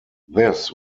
this